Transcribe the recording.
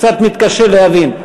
קצת מתקשה להבין.